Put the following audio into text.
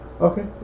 Okay